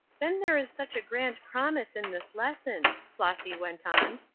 then there is such a grand promise in this lesson, flossy went on.